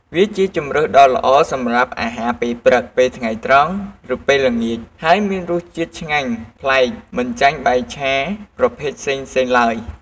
វាជាជម្រើសដ៏ល្អសម្រាប់អាហារពេលព្រឹក ពេលថ្ងៃត្រង់ ឬពេលល្ងាច ហើយមានរសជាតិឆ្ងាញ់ប្លែកមិនចាញ់បាយឆាប្រភេទផ្សេងៗឡើយ។